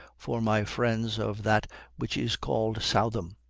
for my friends of that which is called southam,